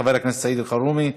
חבר הכנסת סעיד אלחרומי.